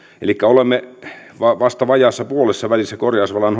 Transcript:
elikkä olemme vasta vajaassa puolessavälissä korjausvelan